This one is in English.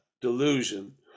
Delusion